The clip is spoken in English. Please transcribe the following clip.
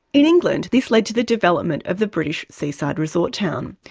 in england, this led to the development of the british seaside resort town,